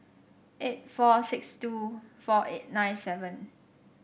eight four six two four eight nine seven